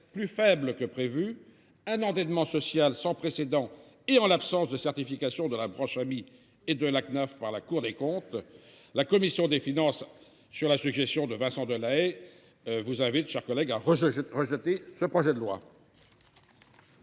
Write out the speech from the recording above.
plus faibles que prévu, un endettement social sans précédent – et en l’absence d’une certification des comptes de la branche famille et de la Cnaf par la Cour des comptes, la commission des finances, sur la suggestion de Vincent Delahaye, vous invite, mes chers collègues, à rejeter ce projet de loi.